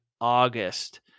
August